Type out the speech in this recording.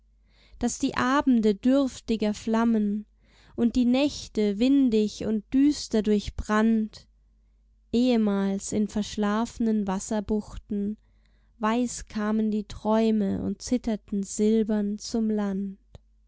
daß die abende dürftiger flammen und die nächte windig und düster durchbrannt ehemals in verschlafenen wasserbuchten weiß kamen die träume und zitterten silbern zum land